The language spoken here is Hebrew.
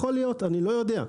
אני לא יודע.